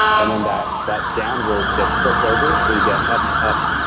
and then that that downward gets flipped over so you get up, up,